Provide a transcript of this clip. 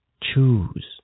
Choose